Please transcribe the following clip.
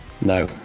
No